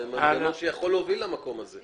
זה מנגנון שיכול להוביל למקום הזה.